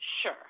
sure